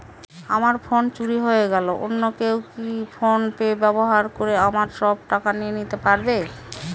আমার ফোন চুরি হয়ে গেলে অন্য কেউ কি ফোন পে ব্যবহার করে আমার সব টাকা নিয়ে নিতে পারবে?